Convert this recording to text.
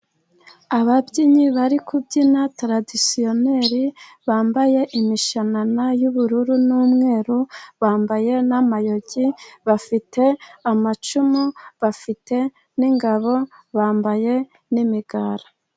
Ababyinnyi bari kubyina taradisiyoneri bambaye imishanana y'ubururu n'umweru, bambaye n'amayogi, bafite amacumu, bafite n'ingabo, bambaye n'imigara.